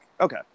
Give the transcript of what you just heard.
okay